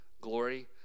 glory